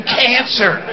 cancer